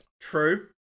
True